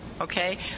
okay